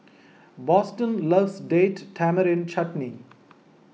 Boston loves Date Tamarind Chutney